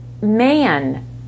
man